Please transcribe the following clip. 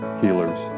healers